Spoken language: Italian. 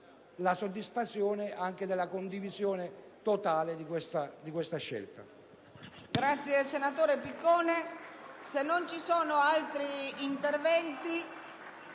sua soddisfazione nella condivisione totale di questa scelta.